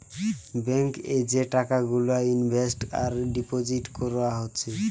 bank এ যে টাকা গুলা ইনভেস্ট আর ডিপোজিট কোরা হচ্ছে